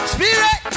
Spirit